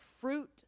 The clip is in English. fruit